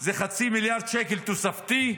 זה חצי מיליארד שקל תוספתי.